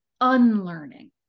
unlearning